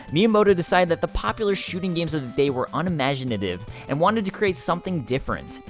miyamoto decided that the popular shooting games of the day were unimaginative and wanted to create something different.